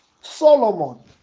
Solomon